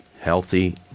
healthy